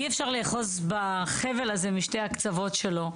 אי אפשר לאחוז בחבל הזה משני הקצוות שלו.